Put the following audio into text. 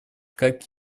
как